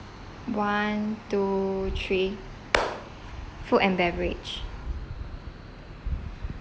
one two three food and beverage